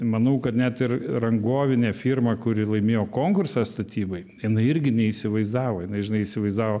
manau kad net ir rangovinė firma kuri laimėjo konkursą statybai jinai irgi neįsivaizdavo jinai žinai įsivaizdavo